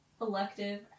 elective